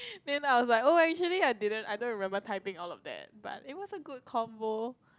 then I was like oh actually I didn't I don't remember typing all of that but it was a good comfortable